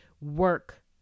work